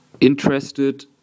interested